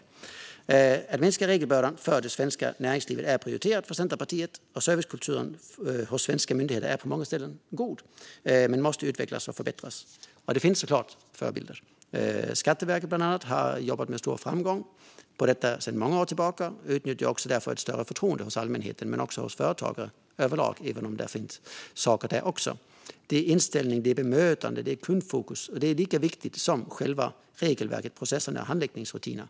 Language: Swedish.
Att minska regelbördan för det svenska näringslivet är prioriterat för Centerpartiet. Servicekulturen hos svenska myndigheter är på många ställen god men måste utvecklas och förbättras. Det finns såklart förebilder. Bland annat Skatteverket har jobbat på detta med stor framgång sedan många år tillbaka och åtnjuter därför också ett större förtroende hos allmänhet och företagare överlag, även om det finns saker även där. Inställning, bemötande och kundfokus är lika viktigt som själva regelverken, processerna och handläggningsrutinerna.